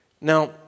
Now